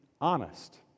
honest